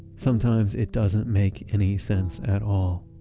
sometimes it doesn't make any sense at all.